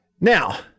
Now